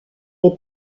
est